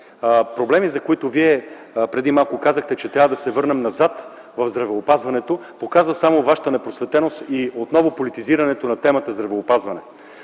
проблеми, за които Вие преди малко казахте, че трябва да се върнем назад в здравеопазването, показва само Вашата непросветеност и отново политизирането на темата „Здравеопазване”.